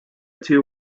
two